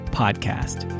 podcast